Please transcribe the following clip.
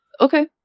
Okay